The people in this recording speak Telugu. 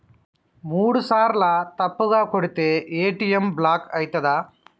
మూడుసార్ల తప్పుగా కొడితే ఏ.టి.ఎమ్ బ్లాక్ ఐతదా?